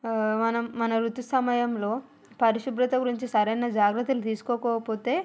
మనం మన ఋతుసమయంలో పరిశుభ్రత గురించి సరయిన జాగ్రత్తలు తీసుకోకపోతే